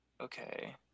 Okay